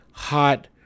hot